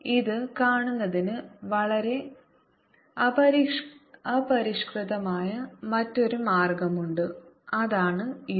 ഇത് കാണുന്നതിന് വളരെ അപരിഷ്കൃതമായ മറ്റൊരു മാർഗമുണ്ട് അതാണ് ഇത്